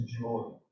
joy